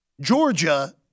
Georgia